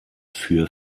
für